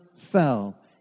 fell